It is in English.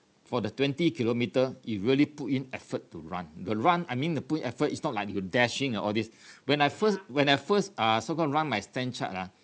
for the twenty kilometre you really put in effort to run the run I mean you put in effort is not like you dashing or all this when I first when I first uh so called run my stanchart ah